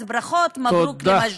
אז ברכות, מברוכ, למג'ד-אלכרום.